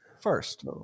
first